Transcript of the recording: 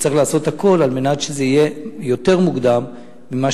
וצריך לעשות הכול על מנת שזה יהיה יותר מוקדם ממה